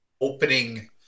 opening